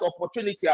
opportunity